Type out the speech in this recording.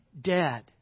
dead